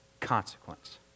consequence